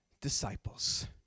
disciples